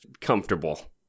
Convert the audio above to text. comfortable